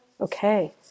Okay